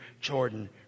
Jordan